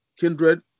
kindred